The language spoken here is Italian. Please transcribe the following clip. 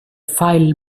file